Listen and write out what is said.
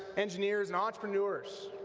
engineers and entrepreneurs.